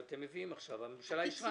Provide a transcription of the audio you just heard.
בממשלה?